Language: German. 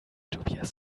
tobias